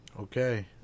Okay